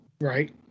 Right